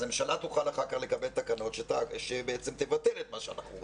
אז הממשלה תוכל אחר כך לקבל תקנות שבעצם יבטלו את מה שאנחנו רוצים.